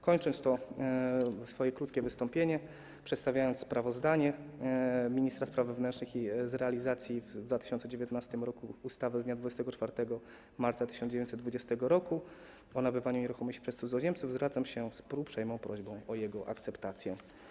Kończąc to swoje krótkie wystąpienie, przedstawiając sprawozdanie ministra spraw wewnętrznych z realizacji w 2019 r. ustawy z dnia 24 marca 1920 r. o nabywaniu nieruchomości przez cudzoziemców, zwracam się z uprzejmą prośbą o jego akceptację.